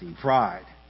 pride